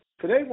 today